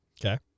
Okay